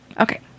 Okay